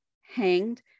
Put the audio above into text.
hanged